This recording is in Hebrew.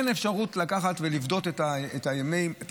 אין אפשרות לקחת ולפדות את התגמולים